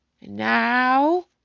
now